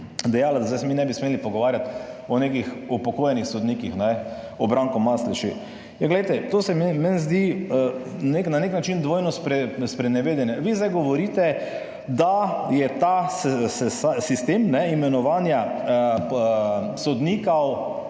da se zdaj mi ne bi smeli pogovarjati o nekih upokojenih sodnikih, o Branku Masleši. Glejte, to se meni zdi na nek način dvojno sprenevedanje. Vi zdaj govorite, da je ta sistem imenovanja sodnikov